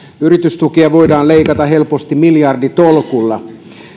yritystukia voidaan leikata helposti miljarditolkulla